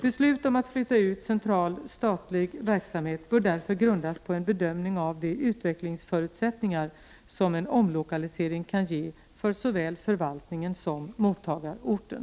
Beslut om att flytta ut central statlig verksamhet bör därför grundas på en bedömning av de utvecklingsförutsättningar som en omlokalisering kan ge för såväl förvaltningen som mottagarorten.